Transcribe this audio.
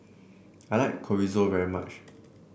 I like Chorizo very much